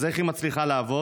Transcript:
אז איך היא מצליחה לעבוד?